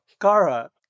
Kara